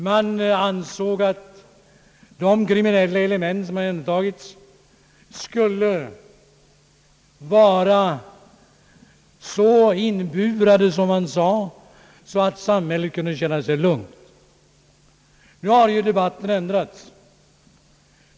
Man ansåg att de kriminella element som omhändertagits skulle vara så inburade — som man uttryckte det — att samhället kunde känna sig lugnt. Nu har ju debatten ändrats.